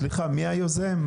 סליחה, מי היוזם?